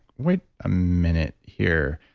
wait a minute here.